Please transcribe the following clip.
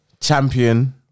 Champion